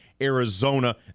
Arizona